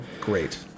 Great